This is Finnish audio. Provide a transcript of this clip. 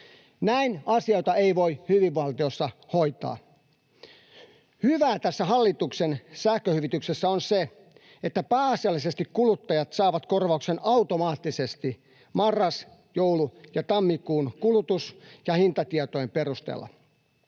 Näin asioita ei voi hyvinvointivaltiossa hoitaa. Hyvää tässä hallituksen sähköhyvityksessä on se, että pääasiallisesti kuluttajat saavat korvauksen automaattisesti marras-, joulu- ja tammikuun kulutus- ja hintatietojen perusteella.